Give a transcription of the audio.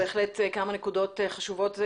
בהחלט הארת לנו כמה נקודות חשובות ומעניינות.